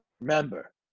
Remember